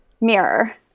mirror